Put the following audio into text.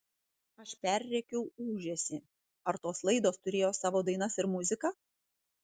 aš perrėkiau ūžesį ar tos laidos turėjo savo dainas ir muziką